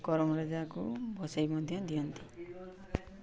କରମରାଜାକୁ ଭସେଇ ମଧ୍ୟ ଦିଅନ୍ତି